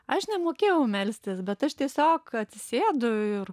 aš nemokėjau melstis bet aš tiesiog atsisėdu ir